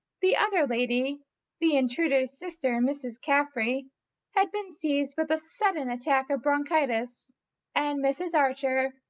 the other lady the intruder's sister, mrs. carfry had been seized with a sudden attack of bronchitis and mrs. archer,